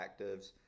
actives